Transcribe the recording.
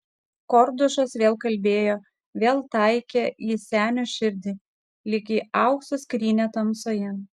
kordušas vėl kalbėjo vėl taikė į senio širdį lyg į aukso skrynią tamsoje